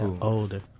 Older